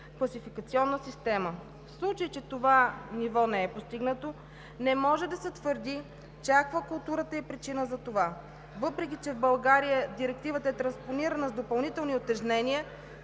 класификационна система. В случай че това ниво не е постигнато, не може да се твърди, че аквакултурата е причина за това. Въпреки че в България Директивата е транспонирана с допълнителни утежнения,